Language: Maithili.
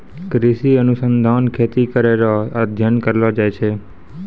कृषि अनुसंधान खेती करै रो अध्ययन करलो जाय छै